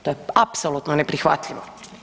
To je apsolutno neprihvatljivo.